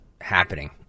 happening